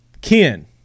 Ken